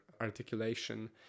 articulation